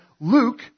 Luke